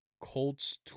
Colts